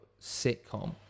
sitcom